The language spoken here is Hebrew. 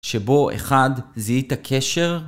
שבו אחד, זיהית קשר?